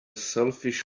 selfish